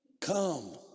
come